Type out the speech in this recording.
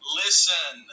listen